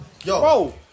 Yo